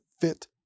fit